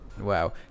Wow